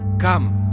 come.